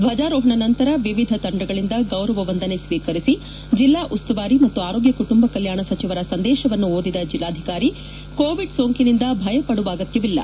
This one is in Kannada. ದ್ವಜಾರೋಹಣ ನಂತರ ವಿವಿಧ ತಂಡಗಳಿಂದ ಗೌರವ ವಂದನೆ ಸ್ವೀಕರಿಸಿ ಜಿಲ್ಲಾ ಉಸ್ತುವಾರಿ ಮತ್ತು ಆರೋಗ್ಯ ಕುಟುಂಬ ಕಲ್ಯಾಣ ಸಚಿವರ ಸಂದೇಶವನ್ನು ಓದಿದ ಜಿಲ್ಲಾಧಿಕಾರಿ ಕೋವಿಡ್ ಸೋಂಕಿನಿಂದ ಭಯಪಡುವ ಆಗ್ವವಿಲ್ಲ